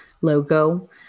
logo